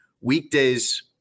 weekdays